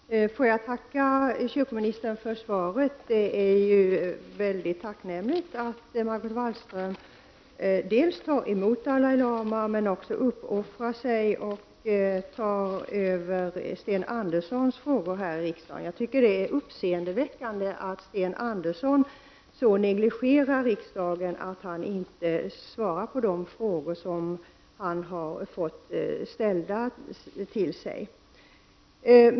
Herr talman! Jag ber att få tacka kyrkoministern för svaret. Det är väldigt tacknämligt att Margot Wallström tar emot Dalai Lama och även uppoffrar sig och tar över Sten Anderssons frågor här i riksdagen. Jag tycker att det är uppseendeväckande att Sten Andersson så negligerar riksdagen att han inte svarar på de frågor som han fått ställda till sig.